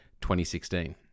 2016